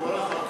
תבורך על כך.